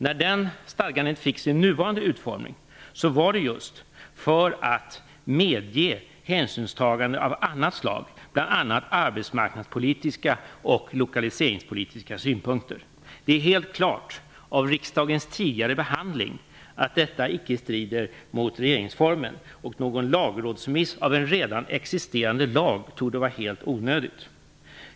När det stadgandet fick sin nuvarande utformning var det just för att medge hänsynstagande av annat slag, bl.a. arbetsmarknadspolitiska och lokaliseringspolitiska synpunkter. Det är helt klart av riksdagens tidigare behandling att detta icke strider mot regeringsformen. Någon lagrådsremiss av en redan existerande lag torde vara helt onödig.